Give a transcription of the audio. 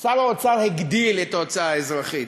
שר האוצר הגדיל את ההוצאה האזרחית